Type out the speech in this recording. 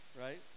right